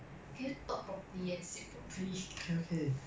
can you talk properly and sit properly